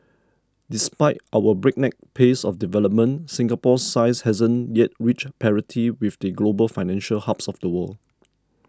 despite our breakneck pace of development Singapore's size hasn't yet reached parity with the global financial hubs of the world